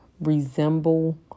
resemble